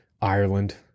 Ireland